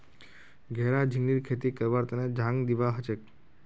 घेरा झिंगलीर खेती करवार तने झांग दिबा हछेक